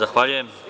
Zahvaljujem.